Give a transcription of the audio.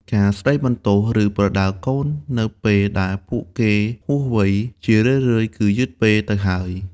ការស្ដីបន្ទោស ឬប្រដៅកូននៅពេលដែលពួកគេហួសវ័យ ជារឿយៗគឺយឺតពេលទៅហើយ។